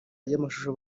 y’amashusho